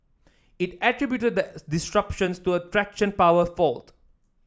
it attributed the disruptions to a traction power fault